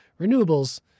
renewables